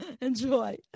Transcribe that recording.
Enjoy